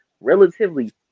relatively